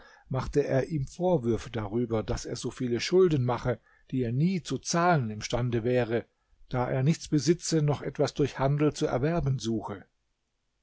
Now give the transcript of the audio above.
machte er ihm vorwürfe darüber daß er so viele schulden mache die er nie zu zahlen imstande wäre da er nichts besitze noch etwas durch handel zu erwerben suche